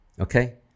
okay